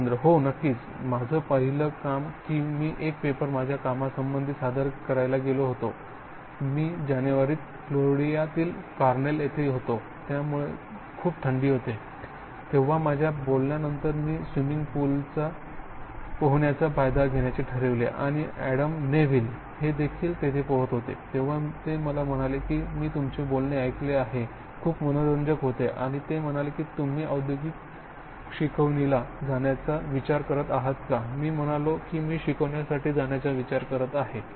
सुरेंद्र हो नक्कीच माझं पहिलं काम मी एक पेपर माझ्या कामासंबधी सादर करायला गेलो होतो मी जानेवारीत फ्लोरिडातील कॉर्नेल येथे होतो त्यामुळे खूप थंडी पडते तेव्हा माझ्या बोलण्यानंतर मी स्विमिंग पूलचा पोहण्याचा फायदा घेण्याचे ठरवले आणि अॅडम नेव्हिल हे देखील तेथे पोहत होते तेव्हा ते माला म्हणाले की मी तुमचे बोलणे ऐकले आहे खूप मनोरंजक होते आणि ते म्हणाले की तुम्ही औद्योगिक शिकवणीला जाण्याचा विचार करत आहात का मी म्हणालो की मी शिकवण्यासाठी जाण्याचा विचार करत आहे